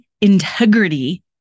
integrity